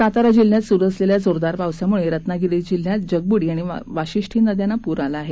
सातारा जिल्ह्यात सुरू असलेल्या जोरदार पावसामुळे रत्नागिरी जिल्ह्यात जगबुडी आणि वाशिष्ठी नद्यांना पूर आला आहे